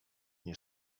nie